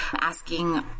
asking